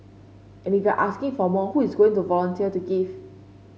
and if you are asking for more who is going to volunteer to give